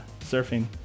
surfing